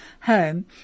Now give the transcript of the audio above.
home